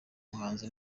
muhanzi